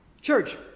Church